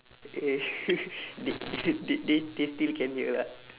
eh they they they they they still can hear lah